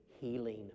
healing